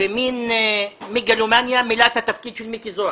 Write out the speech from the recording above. במין מגלומניה, מילא את התפקיד של מיקי זוהר.